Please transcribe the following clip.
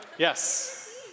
Yes